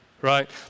Right